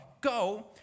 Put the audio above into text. go